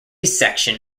section